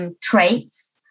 traits